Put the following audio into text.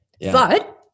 But-